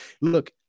Look